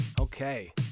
Okay